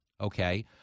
okay